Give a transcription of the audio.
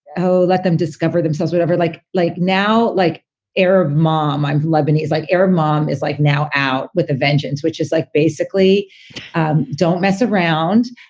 oh, let them discover themselves, whatever. like like now like arab mom, i'm lebanese, like arab mom is like now out with a vengeance, which is like basically don't mess around,